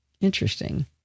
Interesting